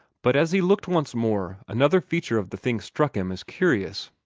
but as he looked once more, another feature of the thing struck him as curious.